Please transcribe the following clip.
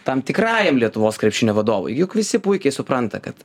tam tikrajam lietuvos krepšinio vadovui juk visi puikiai supranta kad